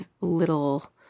little